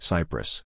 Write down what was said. Cyprus